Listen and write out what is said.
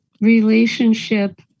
relationship